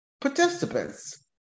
participants